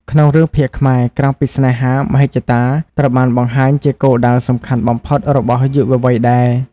ក្នុងរឿងភាគខ្មែរ ក្រៅពីស្នេហា មហិច្ឆតា ត្រូវបានបង្ហាញជាគោលដៅសំខាន់បំផុតរបស់យុវវ័យដែរ។